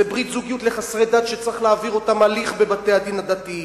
זה ברית זוגיות לחסרי דת שצריך להעביר אותם הליך בבתי-הדין הדתיים.